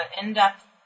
in-depth